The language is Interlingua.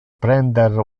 prender